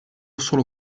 solo